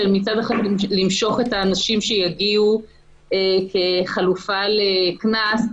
כשמצד אחד למשוך את האנשים שיגיעו כחלופה לקנס,